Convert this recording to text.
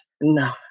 No